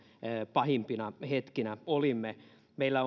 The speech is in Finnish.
pahimpina hetkinä olimme meillä